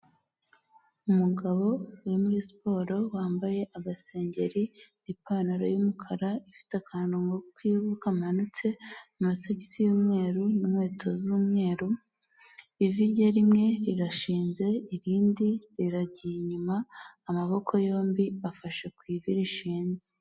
Umugabo uri muri siporo wambaye agasengeri n'ipantaro y'umukara ifite akantu k'ivu kamanutse, amasogisi y'umweru' inkweto z'umweru, ivi rye rimwe rirashinze irindi riragiye inyuma, amaboko yombi afashe ku ivi rishinze.